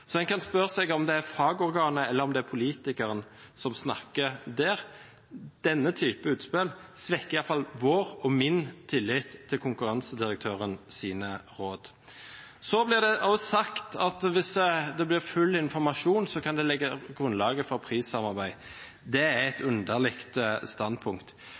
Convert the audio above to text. så en kan spørre seg om det er fagorganet eller om det er politikeren som snakker der. Denne typen utspill svekker iallfall vår og min tillit til konkurransedirektørens råd. Så blir det også sagt at hvis det blir full informasjon, kan det legge grunnlag for prissamarbeid. Det er et underlig standpunkt.